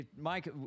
Mike